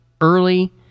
early